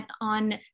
on